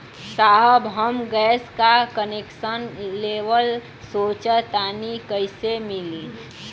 साहब हम गैस का कनेक्सन लेवल सोंचतानी कइसे मिली?